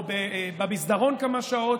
או במסדרון כמה שעות,